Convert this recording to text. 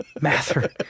Mather